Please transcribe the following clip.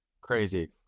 crazy